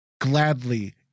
gladly